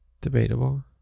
Debatable